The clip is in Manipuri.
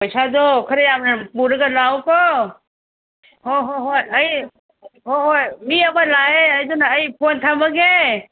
ꯄꯩꯁꯥꯗꯣ ꯈꯔ ꯌꯥꯝꯅ ꯄꯨꯔꯒ ꯂꯥꯛꯑꯣꯀꯣ ꯍꯣꯏ ꯍꯣꯏ ꯍꯣꯏ ꯑꯩ ꯍꯣꯏ ꯍꯣꯏ ꯃꯤ ꯑꯃ ꯂꯥꯛꯑꯦ ꯑꯗꯨꯅ ꯑꯩ ꯐꯣꯟ ꯊꯝꯃꯒꯦ